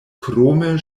krome